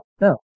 no